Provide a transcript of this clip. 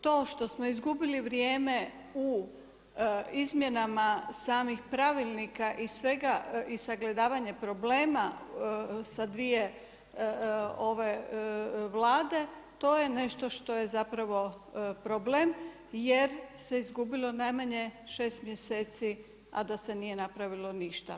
To što smo izgubili vrijeme u izmjenama samih pravilnika i sagledavanja problema sa 2 ove Vlade, to je nešto što je zapravo problem, jer se izgubilo najmanje 6 mjeseci a da se nije napravilo ništa.